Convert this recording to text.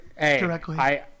directly